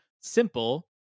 simple